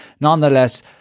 nonetheless